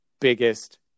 biggest